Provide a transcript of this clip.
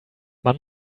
man